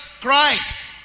Christ